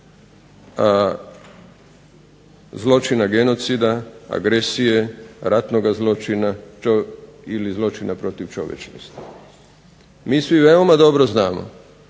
Zločina genocida, agresije, ratnoga zločina ili zločina protiv čovječnosti. MI svi veoma dobro znamo